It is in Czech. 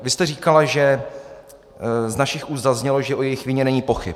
Vy jste říkala, že z našich úst zaznělo, že o jejich vině není pochyb.